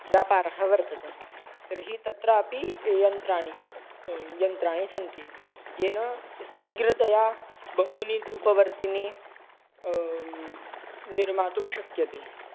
व्यापारः वर्तते तर्हि तत्रापि यन्त्राणि यन्त्राणि सन्ति येन शीघ्रतया बहूनि धूपवर्तिनि निर्मातुं शक्यते